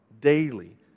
daily